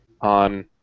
on